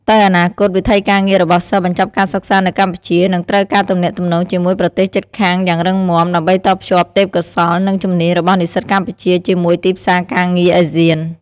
ទៅអនាគត វិថីការងាររបស់សិស្សបញ្ចប់ការសិក្សានៅកម្ពុជា នឹងត្រូវការទំនាក់ទំនងជាមួយប្រទេសជិតខាងយ៉ាងរឹងមាំ ដើម្បីតភ្ជាប់ទេព្យកោសល្យ និងជំនាញរបស់និស្សិតកម្ពុជាជាមួយទីផ្សារការងារ ASEAN។